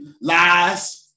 Lies